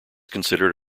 considered